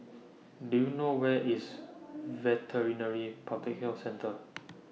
Do YOU know Where IS Veterinary Public Health Centre